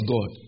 God